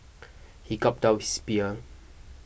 he gulped down his beer